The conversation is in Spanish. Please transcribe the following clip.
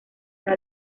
una